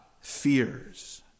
fears